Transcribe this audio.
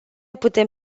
putem